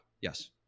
yes